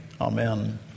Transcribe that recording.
Amen